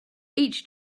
each